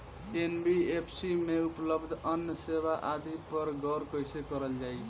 NBFC में उपलब्ध अन्य सेवा आदि पर गौर कइसे करल जाइ?